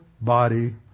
body